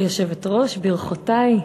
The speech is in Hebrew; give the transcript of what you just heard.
כבוד היושבת-ראש, ברכותי.